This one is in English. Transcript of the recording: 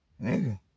Nigga